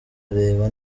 areba